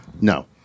No